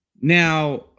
Now